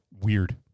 weird